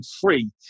free